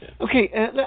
Okay